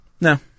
No